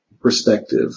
perspective